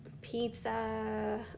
pizza